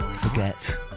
forget